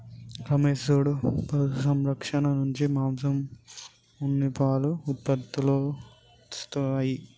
రమేష్ సూడు పశు సంరక్షణ నుంచి మాంసం ఉన్ని పాలు ఉత్పత్తులొస్తాయి